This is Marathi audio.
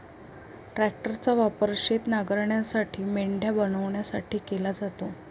ट्रॅक्टरचा वापर शेत नांगरण्यासाठी, मेंढ्या बनवण्यासाठी केला जातो